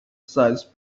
sized